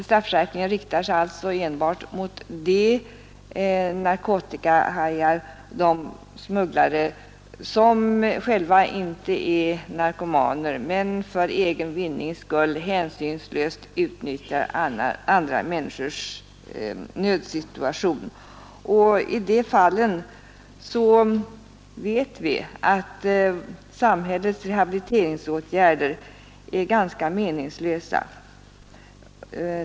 Straffskärpningen riktar sig alltså enbart mot de narkotikahajar, de smugglare, som själva inte är narkotikaoffer men för egen vinnings skull hänsynslöst utnyttjar andra människors nödsituation. I de fallen vet vi att samhällets rehabiliteringsåtgärder är ganska meningslösa.